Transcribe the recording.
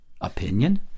opinion